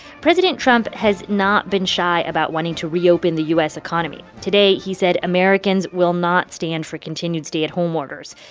president trump has not been shy about wanting to reopen the u s. economy. today, he said americans will not stand for continued stay-at-home orders,